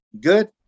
Good